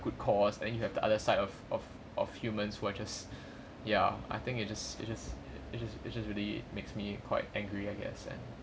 good cause then you have the other side of of of humans who are just ya I think it just it just it just it just really makes me quite angry I guess and